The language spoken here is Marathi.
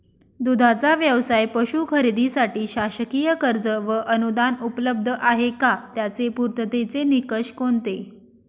दूधाचा व्यवसायास पशू खरेदीसाठी शासकीय कर्ज व अनुदान उपलब्ध आहे का? त्याचे पूर्ततेचे निकष कोणते?